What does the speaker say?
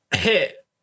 hit